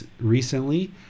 recently